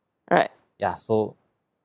ya so